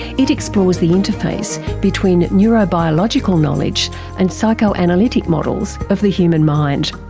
it explores the interface between neurobiological knowledge and psychoanalytic models of the human mind.